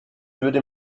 würde